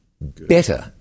better